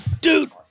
dude